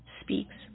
speaks